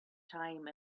time